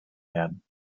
werden